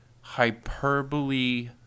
hyperbole